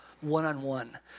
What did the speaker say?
one-on-one